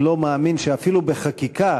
אני לא מאמין שאפילו בחקיקה,